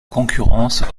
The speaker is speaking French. concurrence